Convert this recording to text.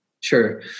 Sure